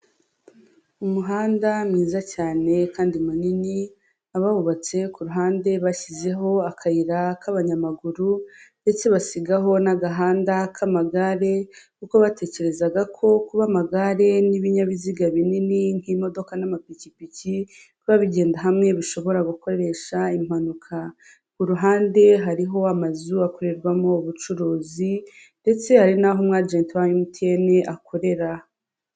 Umuhanda mwiza cyane kandi munini abawubatse ku ruhande bashyizeho akayira k'abanyamaguru ndetse basigaho n'agahanda k'amagare, kuko batekerezaga ko kuba amagare n'ibinyabiziga binini nk'imodoka n'amapikipiki bibabigenda hamwe bishobora gukoresha impanuka. Ku ruhande hariho amazu akorerwamo ubucuruzi ndetse hari n'aho umu agenti wa MTN akorera.